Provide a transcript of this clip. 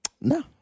No